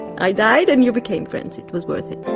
i died and you became friends, it was worth it